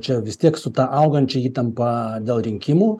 čia vis tiek su ta augančia įtampa dėl rinkimų